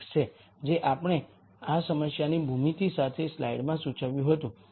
6 છે જે આપણે આ સમસ્યાની ભૂમિતિ સાથે સ્લાઇડમાં સૂચવ્યું હતું